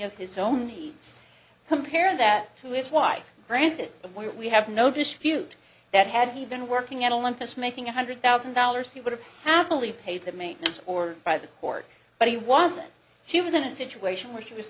of his own needs compare that to his wife granted we have no dispute that had he been working at olympus making one hundred thousand dollars he would have happily paid the maintenance or by the court but he wasn't she was in a situation where she was